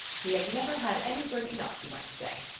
he has never had any bringing up you might say.